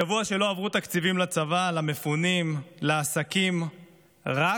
שבוע שלא עברו תקציבים לצבא, למפונים, לעסקים, רק